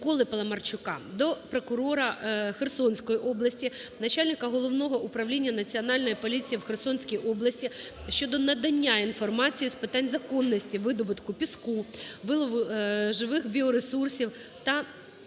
до прокурора Херсонської області, начальника Головного управління Національної поліції у Херсонській області щодо надання інформації з питань законності видобутку піску, вилову живих біоресурсів та